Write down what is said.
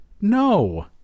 no